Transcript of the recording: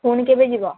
ପୁଣି କେବେ ଯିବ